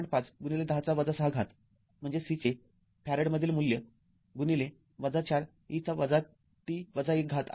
५१० ६ म्हणजे C चे farad मधील मूल्य ४ e -t १ आहे